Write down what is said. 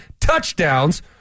touchdowns